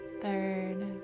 third